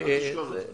אל תשכח את זה.